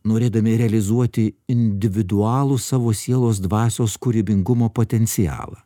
norėdami realizuoti individualų savo sielos dvasios kūrybingumo potencialą